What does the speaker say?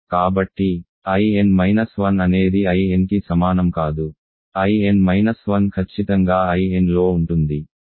కాబట్టి In 1 అనేది Inకి సమానం కాదు In 1 ఖచ్చితంగా In లో ఉంటుంది